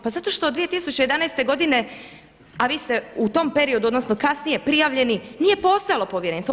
Pa zato što od 2011. godine, a vi ste u tom periodu, odnosno kasnije prijavljeni nije postojalo povjerenstvo.